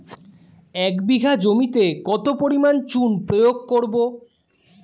এক বিঘা জমিতে কত পরিমাণ চুন প্রয়োগ করব?